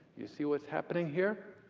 you see what's happening here?